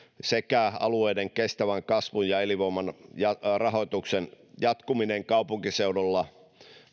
sekä alueiden kestävän kasvun ja elinvoiman rahoituksen jatkuminen kaupunkiseudulla